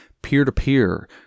peer-to-peer